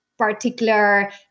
Particular